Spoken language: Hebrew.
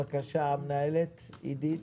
בבקשה המנהלת עידית.